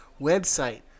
website